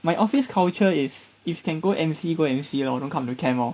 my office culture is if can go M_C go M_C lor don't come to camp lor